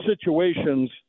situations